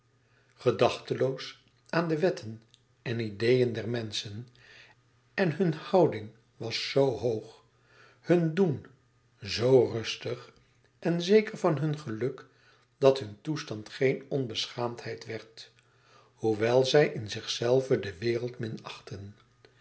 gedachteloos aan de wetten en ideeën der menschen en hun houding was zoo hoog hun doen zoo rustig en zeker van hun geluk dat hun toestand geen onbeschaamdheid werd hoewel zij in zichzelven de wereld